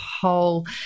whole